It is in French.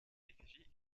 effigie